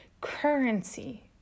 currency